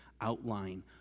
outline